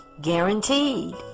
guaranteed